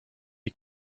est